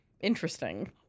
interesting